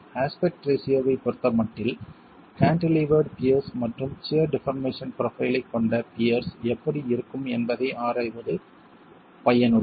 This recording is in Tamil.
அஸ்பெக்ட் ரேஷியோ ஐப் பொறுத்தமட்டில் கான்டிலீவர்டு பியர்ஸ் மற்றும் சியர் டிஃபார்மேஷன் ப்ரொஃபைலைக் கொண்ட பியர்ஸ் எப்படி இருக்கும் என்பதை ஆராய்வது பயனுள்ளது